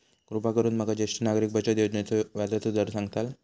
कृपा करून माका ज्येष्ठ नागरिक बचत योजनेचो व्याजचो दर सांगताल